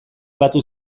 batu